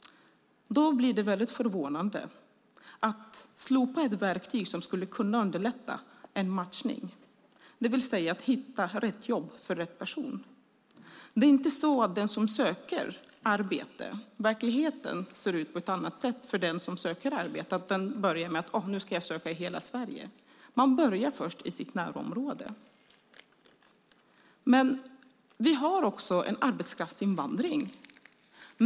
Då blir det förvånande att man slopar ett verktyg som skulle kunna underlätta en matchning, det vill säga att hitta rätt jobb för rätt person. Verkligheten för den som söker arbete ser inte ut på något annat sätt än för andra. Han eller hon börjar inte med att säga: Nu ska jag söka i hela Sverige! Man börjar i sitt närområde. Vi har också en arbetskraftsinvandring.